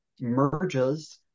merges